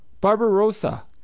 barbarossa